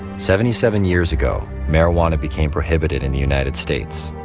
seventy seven years ago, marijuana became prohibited in the united states.